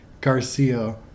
Garcia